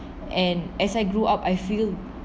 and as I grew up I feel